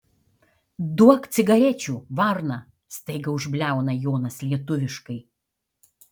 duok cigarečių varna staiga užbliauna jonas lietuviškai